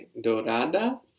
Dorada